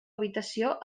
habitació